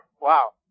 Wow